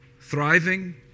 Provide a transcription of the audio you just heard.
thriving